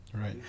Right